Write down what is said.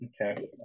Okay